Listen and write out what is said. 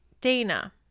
Dana